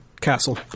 castle